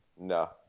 No